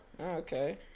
Okay